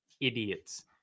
Idiots